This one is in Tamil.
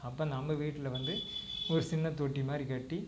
அப்போ நம்ம வீட்டில் வந்து ஒரு சின்னத் தொட்டி மாதிரி கட்டி